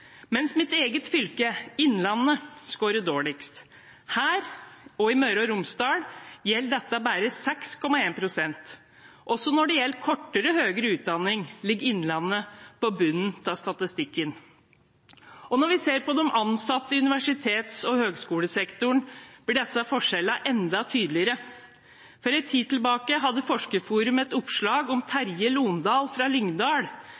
mens mitt eget fylke, Innlandet, skårer dårligst. Her og i Møre og Romsdal gjelder dette bare 6,1 pst. Også når det gjelder kortere høyere utdanning, ligger Innlandet på bunnen av statistikken. Når vi ser på de ansatte i universitets- og høyskolesektoren, blir disse forskjellene enda tydeligere. For en tid tilbake hadde Forskerforum et oppslag om Terje Lohndal fra Lyngdal,